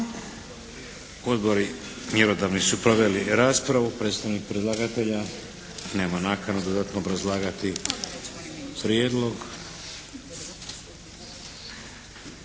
Odbori mjerodavni su proveli raspravu. Predstavnik predlagatelja nema nakanu dodatno obrazlagati prijedlog.